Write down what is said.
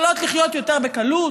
יכולות לחיות יותר בקלות?